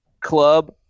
club